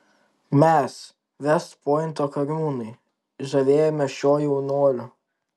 mes vest pointo kariūnai žavėjomės šiuo jaunuoliu